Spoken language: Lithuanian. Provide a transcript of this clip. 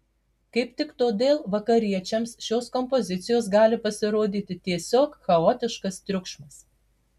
kaip tik todėl vakariečiams šios kompozicijos gali pasirodyti tiesiog chaotiškas triukšmas